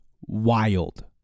wild